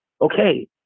Okay